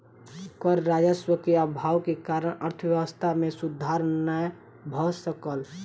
कर राजस्व के अभाव के कारण अर्थव्यवस्था मे सुधार नै भ सकल